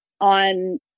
on